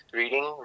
reading